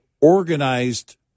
organized